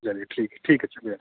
चलिए ठीक है ठीक है चलिए